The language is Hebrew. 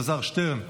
חבר הכנסת אלעזר שטרן,